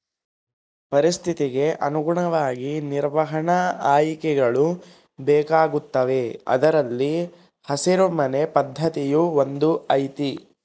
ಪರಿಸ್ಥಿತಿಗೆ ಅನುಗುಣವಾಗಿ ನಿರ್ವಹಣಾ ಆಯ್ಕೆಗಳು ಬೇಕಾಗುತ್ತವೆ ಅದರಲ್ಲಿ ಹಸಿರು ಮನೆ ಪದ್ಧತಿಯೂ ಒಂದು ಐತಿ